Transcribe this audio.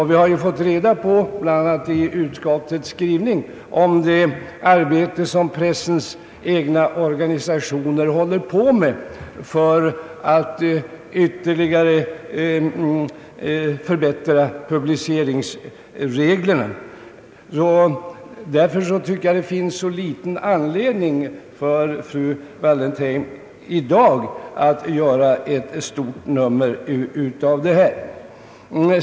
Vi har ju informerats, bl.a. i utskottets skrivning, om det arbete som pressens egna organisationer håller på med för att ytterligare förbättra publiceringsreglerna. Därför tycker jag att det finns föga anledning för fru Wallentheim att i dag göra ett stort nummer av denna fråga.